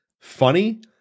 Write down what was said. funny